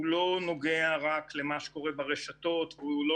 הוא לא נוגע רק למה שקורה ברשתות והוא לא